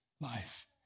life